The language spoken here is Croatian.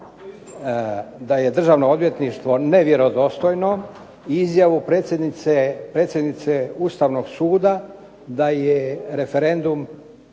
da je Državno odvjetništvo nevjerodostojno, izjavu predsjednice Ustavnog suda da je referendum